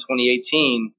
2018